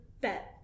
bet